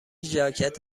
ژاکت